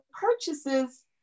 purchases